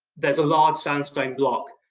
there's a lot of sandstone block.